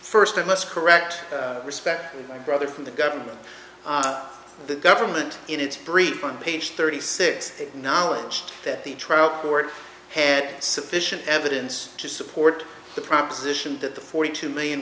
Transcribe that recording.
first i must correct respect brother from the government the government in its brief on page thirty six knowledge that the trial court had sufficient evidence to support the proposition that the forty two million